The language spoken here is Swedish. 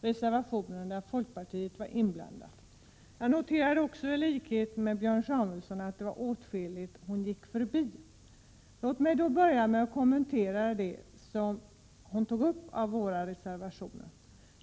reservationer där folkpartiet är delaktigt. Jag noterade också, i likhet med Björn Samuelson, att hon gick förbi åtskilligt. Låt mig börja med att kommentera det som hon tog upp om våra reservationer.